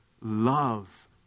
love